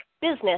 business